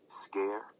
Scare